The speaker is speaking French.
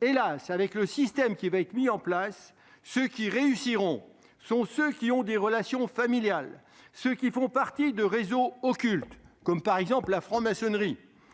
Hélas, avec le système qui sera mis en place, ceux qui réussiront sont ceux qui ont des relations familiales, ceux qui font partie de réseaux occultes- par exemple, la franc-maçonnerie